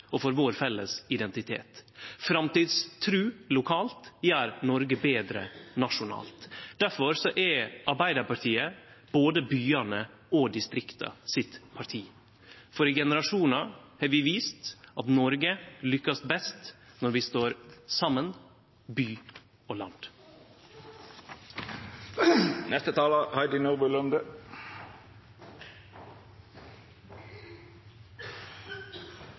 og for vår felles identitet. Framtidstru lokalt gjer Noreg betre nasjonalt. Difor er Arbeidarpartiet både byane og distrikta sitt parti, for i generasjonar har vi vist at Noreg lukkast best når vi står saman, by og land.